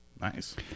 Nice